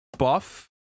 buff